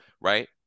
right